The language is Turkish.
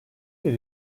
bir